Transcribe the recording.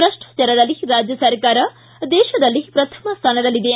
ಭ್ರಷ್ಟಾಚಾರದಲ್ಲಿ ರಾಜ್ಯ ಸರಕಾರ ದೇಶದಲ್ಲೇ ಪ್ರಥಮ ಸ್ಥಾನದಲ್ಲಿದೆ